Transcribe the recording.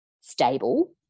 stable